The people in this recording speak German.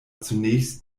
zunächst